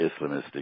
Islamist